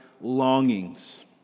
longings